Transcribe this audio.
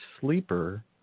sleeper